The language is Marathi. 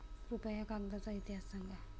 कृपया कागदाचा इतिहास सांगा